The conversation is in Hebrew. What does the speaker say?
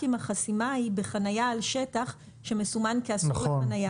אם החסימה היא בחנייה על שטח שמסומן כאסור לחנייה.